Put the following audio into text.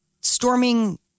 Storming